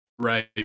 Right